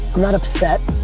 i'm not upset.